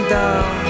down